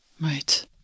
Right